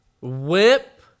Whip